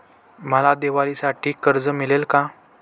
मला दिवाळीसाठी कर्ज मिळेल का?